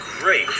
Great